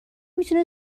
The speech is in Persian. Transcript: میتونه